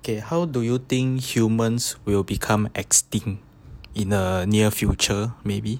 okay how do you think humans will become extinct in the near future maybe